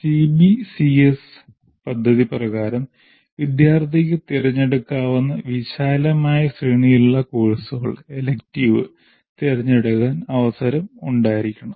CBCS പദ്ധതി പ്രകാരം വിദ്യാർത്ഥിക്ക് തിരഞ്ഞെടുക്കാവുന്ന വിശാലമായ ശ്രേണിയിലുള്ള കോഴ്സുകൾ ഇലക്റ്റീവ് തിരഞ്ഞെടുക്കാൻ അവസരം ഉണ്ടായിരിക്കണം